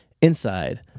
inside